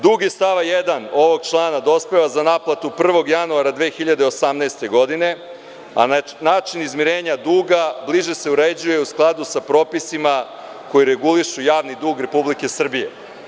Dug iz stava 1. ovog člana dospeva za naplatu 1. januara 2018. godine, a način izmirenja duga bliže se uređuje u skladu sa propisima koji regulišu javni dug RS.